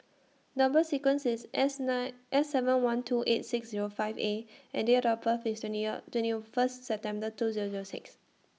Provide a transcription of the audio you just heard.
Number sequence IS S nine S seven one two eight six Zero five A and Date of birth IS twenty of twenty of First September two Zero Zero six